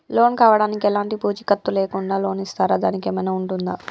Loan కావడానికి ఎలాంటి పూచీకత్తు లేకుండా లోన్ ఇస్తారా దానికి ఏమైనా ఉంటుందా?